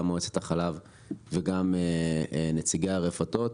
גם מועצת החלב וגם נציגי הרפתות.